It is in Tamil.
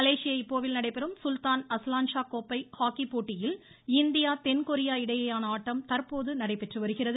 மலேசிய இப்போவில் நடைபெறும் சுல்தான் அஸ்லான்ஷா கோப்பை ஹாக்கிப் போட்டியில் இந்தியா தென்கொரியா இடையேயான ஆட்டம் தற்போது நடைபெற்று வருகிறது